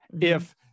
if-